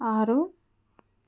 ఆరు